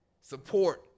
Support